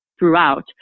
throughout